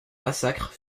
massacre